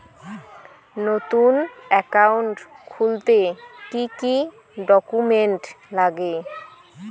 নতুন একাউন্ট খুলতে কি কি ডকুমেন্ট লাগে?